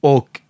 Och